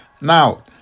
Now